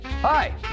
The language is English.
Hi